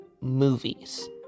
movies